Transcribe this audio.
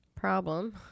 problem